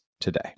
today